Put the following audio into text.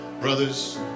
brothers